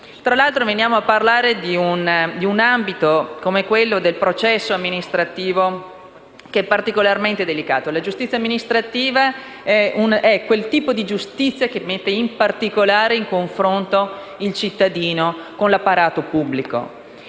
Tra l'altro, stiamo parlando di un ambito, come quello del processo amministrativo, che è particolarmente delicato. La giustizia amministrativa è quel tipo di giustizia che mette a confronto il cittadino con l'apparato pubblico.